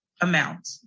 amount